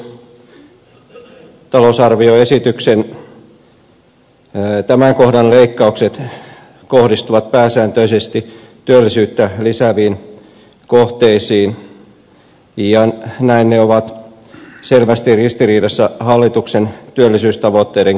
talousarvioesityksen tämän kohdan leikkaukset kohdistuvat pääsääntöisesti työllisyyttä lisääviin kohteisiin ja näin ne ovat selvästi ristiriidassa hallituksen työllisyystavoitteiden kanssa